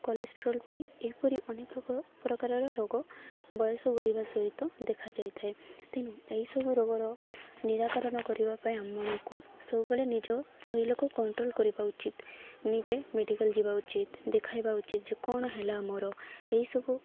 cholesterol କରି ଏହିପରି ଅନେକ ରୋଗ ପ୍ରକାରର ରୋଗ ବୟସ ବଢ଼ିବା ସହିତ ଦେଖାଯାଇଥାଏ ତେଣୁ ଏହିସବୁ ରୋଗର ନିରାକରଣ କରିବା ପାଇଁ ଆମକୁ ସବୁବେଳେ ନିଜ ଶରୀରକୁ କଣ୍ଟ୍ରୋଲ୍ କରିବା ଉଚିତ ନିଜେ ମେଡ଼ିକାଲ ଯିବା ଉଚିତ ଦେଖାଇବା ଉଚିତ୍ ଯେ କ'ଣ ହେଲା ଆମର ଏହିସବୁ